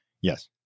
yes